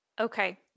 okay